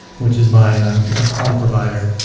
which is my home provider,